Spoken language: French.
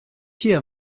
pieds